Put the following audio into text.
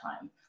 time